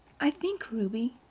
i think, ruby,